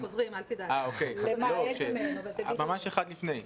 אז חלק גדול מהתלמידים בכלל הפסידו המון בכל השינוי שקרה.